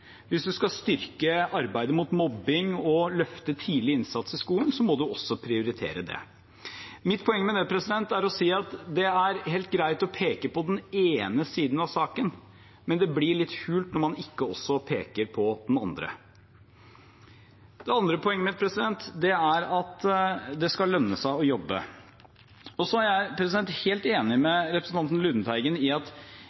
Hvis man skal styrke arbeidet mot mobbing og løfte tidlig innsats i skolen, må man også prioritere det. Mitt poeng med det er å si at det er helt greit å peke på den ene siden av saken, men det blir litt hult når man ikke også peker på den andre. Det andre poenget mitt er at det skal lønne seg å jobbe. Jeg er helt enig med representanten Lundteigen i at det ikke er